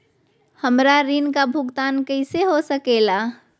हमरा ऋण का भुगतान कैसे हो सके ला?